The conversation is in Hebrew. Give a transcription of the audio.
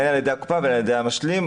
הן על ידי הקופה והן על ידי הביטוח המשלים.